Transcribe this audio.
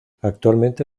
actualmente